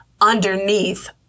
underneath